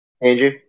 Andrew